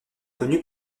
connu